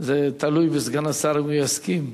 זה תלוי בסגן השר, אם הוא יסכים.